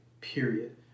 period